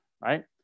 right